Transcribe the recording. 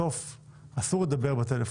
בסוף אסור לדבר בטלפון.